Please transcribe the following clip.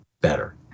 better